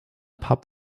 pub